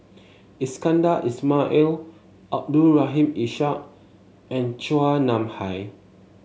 Iskandar Ismail Abdul Rahim Ishak and Chua Nam Hai